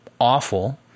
awful